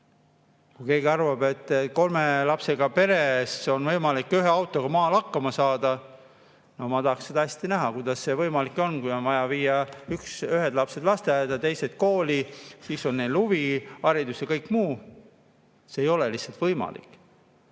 Kui keegi arvab, et kolme lapsega peres on võimalik ühe autoga maal hakkama saada, no ma tahaksin seda näha, kuidas see võimalik on, kui on vaja viia ühed lapsed lasteaeda, teised kooli. Neil on ka huviharidus ja kõik muu – see ei ole lihtsalt võimalik.